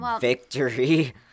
victory